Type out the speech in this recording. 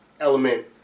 element